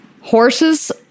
horses